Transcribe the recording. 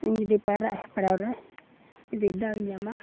ᱤᱧ ᱡᱩᱫᱤ ᱯᱟᱭᱨᱟᱜ ᱦᱮᱯᱨᱟᱣᱨᱮ ᱡᱩᱫᱤ ᱫᱟᱣᱤᱧ ᱧᱟᱢᱟ